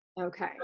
Okay